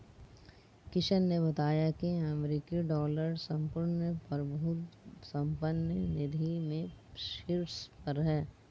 किशन ने बताया की अमेरिकी डॉलर संपूर्ण प्रभुत्व संपन्न निधि में शीर्ष पर है